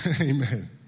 Amen